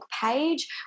page